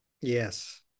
Yes